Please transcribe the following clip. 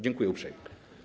Dziękuję uprzejmie.